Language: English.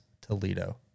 Toledo